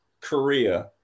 Korea